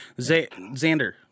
Xander